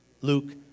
Luke